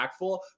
impactful